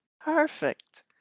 perfect